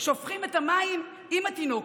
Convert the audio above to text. שופכים את המים עם התינוק.